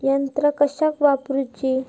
यंत्रा कशाक वापुरूची?